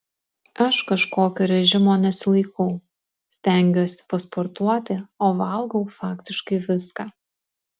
aš kažkokio režimo nesilaikau stengiuosi pasportuoti o valgau faktiškai viską